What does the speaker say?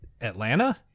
Atlanta